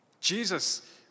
Jesus